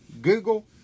Google